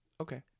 okay